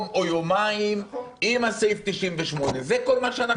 או ביומיים עם סעיף 98. זה כל מה שאנחנו אומרים כאן.